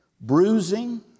bruising